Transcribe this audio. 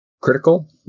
critical